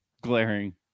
glaring